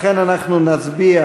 ולכן אנחנו נצביע